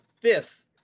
fifth